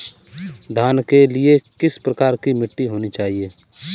धान के लिए किस प्रकार की मिट्टी होनी चाहिए?